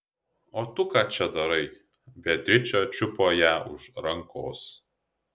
o tu ką čia darai beatričė čiupo ją už rankos